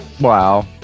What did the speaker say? Wow